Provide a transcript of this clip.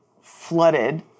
flooded